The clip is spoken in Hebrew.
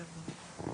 לגמרי.